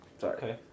Sorry